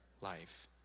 life